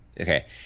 Okay